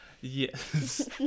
Yes